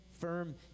firm